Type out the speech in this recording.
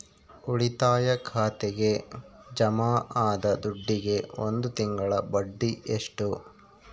ಉಳಿತಾಯ ಖಾತೆಗೆ ಜಮಾ ಆದ ದುಡ್ಡಿಗೆ ಒಂದು ತಿಂಗಳ ಬಡ್ಡಿ ಎಷ್ಟು?